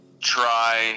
try